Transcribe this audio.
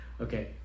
okay